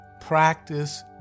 practice